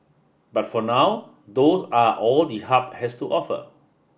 but for now those are all the hub has to offer